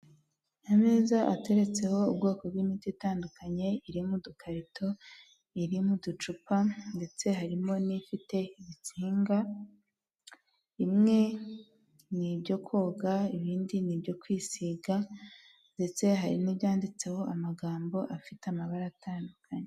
Ameza ateretseho ubwoko bw'imiti itandukanye iri mu dukarito, iri mu ducupa ndetse harimo n'ifite ibitsinga, bimwe ni ibyo koga ibindi ni ibyo kwisiga ndetse hari n'ibyanditseho amagambo afite amabara atandukanye.